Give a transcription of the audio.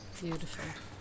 Beautiful